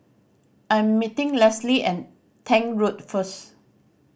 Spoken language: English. I am meeting Lesly at Tank Road first